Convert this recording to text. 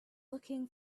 looking